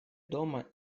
дома